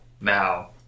Now